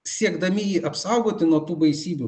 siekdami jį apsaugoti nuo tų baisybių